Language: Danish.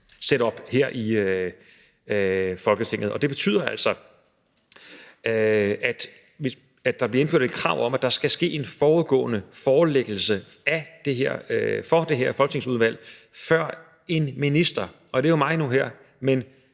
udvalg her i Folketinget. Kl. 21:10 Det betyder altså, at der bliver indført et krav om, at der skal ske en forudgående forelæggelse for det her folketingsudvalg. Det er mig, der skal gøre det lige nu, men